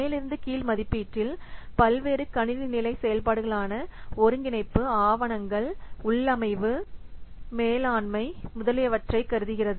மேலிருந்து கீழ் மதிப்பீட்டில் பல்வேறு கணினி நிலை செயல்பாடுகளான ஒருங்கிணைப்பு ஆவணங்கள் உள்ளமைவு மேலாண்மை முதலியவற்றை கருதுகிறது